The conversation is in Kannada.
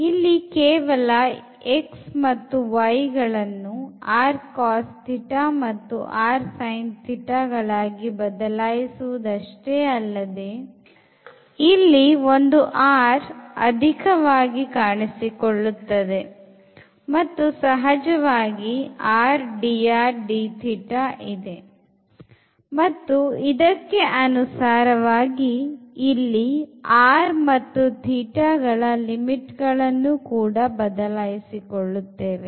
ಇಲ್ಲಿ ಕೇವಲ x ಮತ್ತು y ಗಳನ್ನು ಮತ್ತು ಗಳಾಗಿ ಬದಲಾಯಿಸುವುದಷ್ಟೇ ಅಲ್ಲದೆ ಇಲ್ಲಿ ಒಂದು r ಅಧಿಕವಾಗಿ ಕಾಣಿಸಿಕೊಳ್ಳುತ್ತದೆ ಮತ್ತು ಸಹಜವಾಗಿ r dr dθ ಇದೆ ಮತ್ತು ಇದಕ್ಕೆ ಅನುಸಾರವಾಗಿ ಇಲ್ಲಿ r ಮತ್ತು θಗಳ ಲಿಮಿಟ್ ಗಳನ್ನು ಕೂಡ ಬದಲಾಯಿಸಿಕೊಳ್ಳುತ್ತೇವೆ